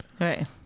Right